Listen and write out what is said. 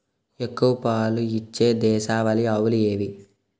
ఎక్కువ పాలు ఇచ్చే దేశవాళీ ఆవులు ఏవి?